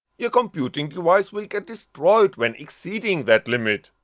your computing device will get destroyed when exceeding that limit.